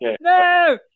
no